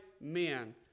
men